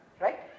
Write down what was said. Right